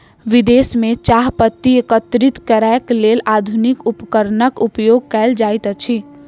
विदेश में चाह पत्ती एकत्रित करैक लेल आधुनिक उपकरणक उपयोग कयल जाइत अछि